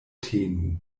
tenu